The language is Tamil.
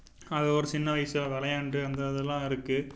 அதை ஒரு சின்ன வயசில் விளையாண்டு வந்ததெல்லாம் இருக்குது